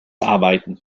arbeiten